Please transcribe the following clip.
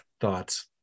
thoughts